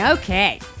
Okay